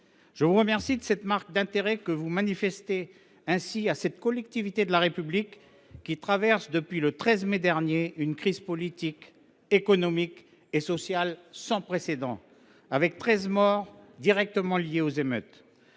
Je vous remercie de l’intérêt que vous manifestez ainsi à cette collectivité de la République qui traverse, depuis le 13 mai dernier, une crise politique, économique et sociale sans précédent, avec treize morts directement liés aux émeutes.